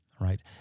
Right